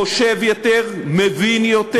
חושב יותר, מבין יותר,